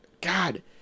God